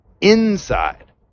inside